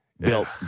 built